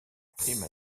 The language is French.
prime